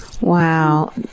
Wow